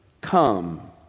come